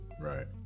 right